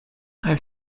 have